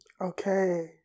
Okay